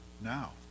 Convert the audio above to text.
Now